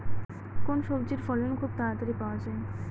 কোন সবজির ফলন খুব তাড়াতাড়ি পাওয়া যায়?